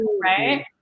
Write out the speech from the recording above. right